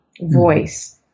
voice